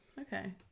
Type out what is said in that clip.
Okay